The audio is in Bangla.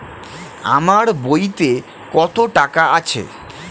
আমার বইতে কত টাকা আছে?